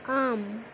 ஆம்